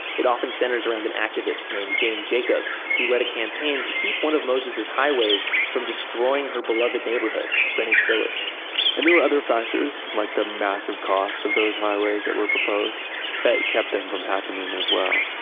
it often centers around an activist named jane jacobs, who led a campaign to keep one of moses's highways from destroying her beloved neighborhood greenwich village and there were other factors like the massive cost of those highways that were proposed that kept them from happening as well.